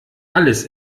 alles